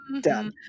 done